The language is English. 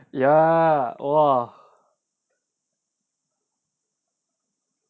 ah !wah!